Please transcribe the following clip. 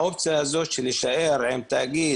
האופציה הזאת של להישאר עם תאגיד